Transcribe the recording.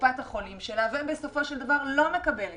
לקופת החולים שלה ובסופו של דבר לא מקבלת